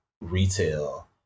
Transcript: retail